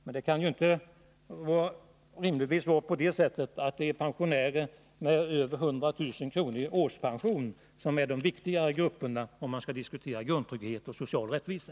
Men det kan rimligtvis inte vara på det sättet att det är folkpensionärer med över 100 000 kr. i årspension som tillhör de viktigare grupperna när man skall diskutera grundtrygghet och social rättvisa.